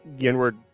Yenward